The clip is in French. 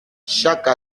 chaque